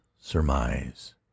surmise